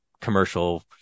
commercial